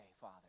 Father